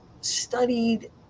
studied